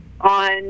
on